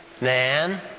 man